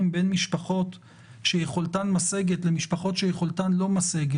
מבחינה לוגיסטית מתי להערכתם המערך הזה יכול להיות פרוס?